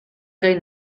gai